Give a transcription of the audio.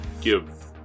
Give